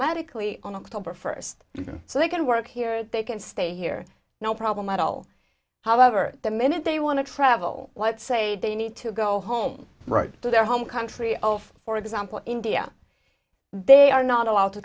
magically on october first so they can work here they can stay here no problem at all however the minute they want to travel what say they need to go home right to their home country of for example india they are not allowed to